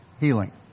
healing